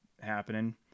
happening